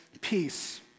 peace